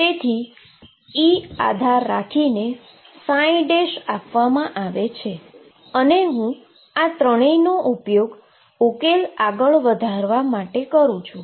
તેથી E આધાર રાખીને આપવામાં આવે છે અને હું આ ત્રણેયનો ઉપયોગ મારો ઉકેલ આગળ વધારવા માટે કરું છું